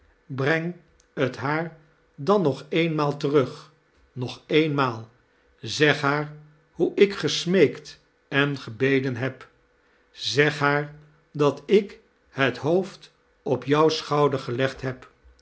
breng liet haar dan nog eenjmaal terug nog eenmaal i zeg liaar ho ik gesmeekt en gebeden heb i zeg haar dat ik liet hoofd op jou schoudeir gelegd heb